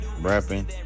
Rapping